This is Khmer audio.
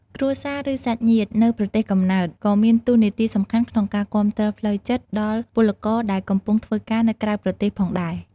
គ្រួសារ ឬសាច់ញាតិនៅប្រទេសកំណើតក៏មានតួនាទីសំខាន់ក្នុងការគាំទ្រផ្លូវចិត្តដល់ពលករដែលកំពុងធ្វើការនៅក្រៅប្រទេសផងដែរ។